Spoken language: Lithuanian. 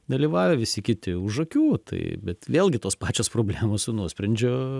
dalyvavę visi kiti už akių tai bet vėlgi tos pačios problemos su nuosprendžio